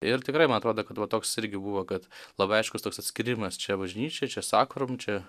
ir tikrai man atrodo kad va toks irgi buvo kad labai aiškus toks atskyrimas čia bažnyčia čia sakurom čia